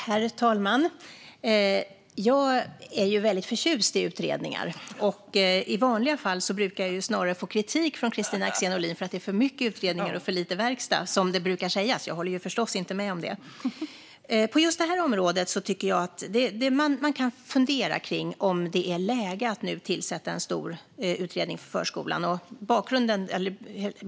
Herr talman! Jag är ju väldigt förtjust i utredningar. I vanliga fall brukar jag snarare få kritik från Kristina Axén Olin för att det är för många utredningar och för lite verkstad, som det brukar sägas - jag håller förstås inte med om det! På just detta område tycker jag att man kan fundera över om det är läge att nu tillsätta en stor utredning om förskolan.